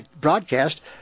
broadcast